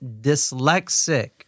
dyslexic